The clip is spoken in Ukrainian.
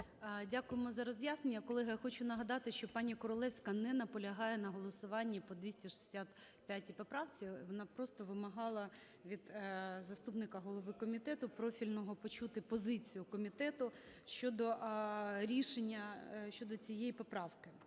Дякуємо за роз'яснення. Колеги, я хочу нагадати, що пані Королевська не наполягає на голосуванні по 265 поправці, вона просто вимагала від заступника голови комітету профільного почути позицію комітету щодо рішення... щодо цієї поправки.